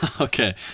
Okay